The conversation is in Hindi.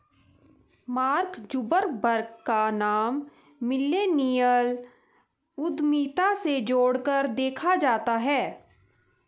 मार्क जुकरबर्ग का नाम मिल्लेनियल उद्यमिता से जोड़कर देखा जाता है